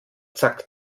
zack